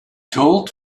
told